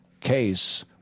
case